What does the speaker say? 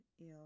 ill